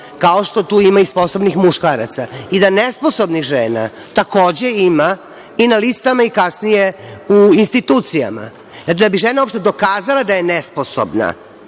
kao što tu ima i sposobnih muškaraca, i da nesposobnih žena takođe ima i na listama i kasnije u institucijama. Da bi žena uopšte dokazala da je nesposobna,